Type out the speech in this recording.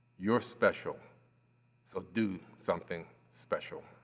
you're special so do something special.